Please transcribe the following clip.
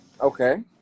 okay